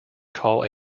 call